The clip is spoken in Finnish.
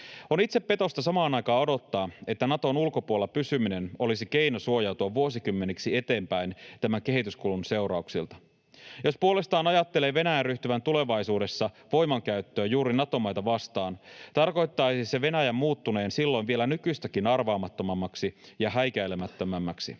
On itsepetosta samaan aikaan odottaa, että Naton ulkopuolella pysyminen olisi keino suojautua vuosikymmeniksi eteenpäin tämän kehityskulun seurauksilta. Jos puolestaan ajattelee Venäjän ryhtyvän tulevaisuudessa voimankäyttöön juuri Nato-maita vastaan, tarkoittaisi se Venäjän muuttuneen silloin vielä nykyistäkin arvaamattomammaksi ja häikäilemättömämmäksi.